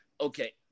Okay